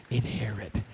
inherit